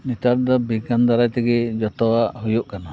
ᱱᱮᱛᱟᱨ ᱫᱚ ᱵᱤᱜᱽᱜᱟᱱ ᱫᱟᱨᱟᱭ ᱛᱮᱜᱮ ᱡᱚᱛᱚᱣᱟᱜ ᱦᱩᱭᱩᱜ ᱠᱟᱱᱟ